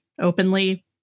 openly